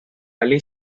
ali